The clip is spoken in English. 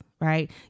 Right